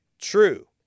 true